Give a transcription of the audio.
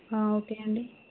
ఆ ఓకే అండి